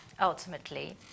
ultimately